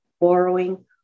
borrowing